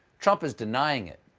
trump is denying it.